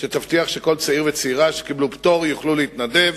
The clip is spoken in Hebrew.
שתבטיח שכל צעיר וצעירה שקיבלו פטור יוכלו להתנדב,